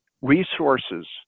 resources